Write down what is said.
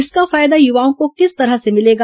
इसका फायदा युवाओं को किस तरह से मिलेगा